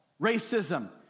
racism